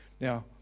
Now